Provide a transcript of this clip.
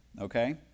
okay